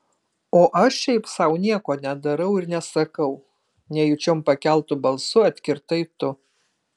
o aš šiaip sau nieko nedarau ir nesakau nejučiom pakeltu balsu atkirtai tu